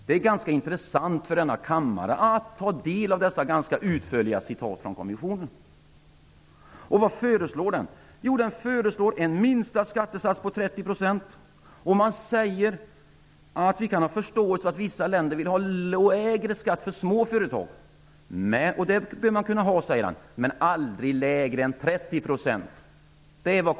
Det är ganska intressant för denna kammare att ta del av dessa utförliga citat ur kommissionens rapport. Vad föreslår då rapporten? Jo, en lägsta skattesats på 30 %. Man säger sig ha förståelse för att vissa länder vill ha lägre skatt för små företag, och det bör de kunna ha. Men den skall aldrig vara lägre än 30 %.